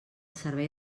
servei